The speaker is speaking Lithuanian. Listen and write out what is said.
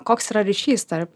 koks yra ryšys tarp